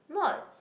not